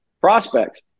prospects